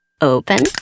Open